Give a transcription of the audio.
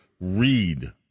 read